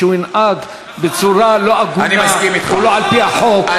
שהוא ינהג בצורה לא הגונה או לא על-פי החוק.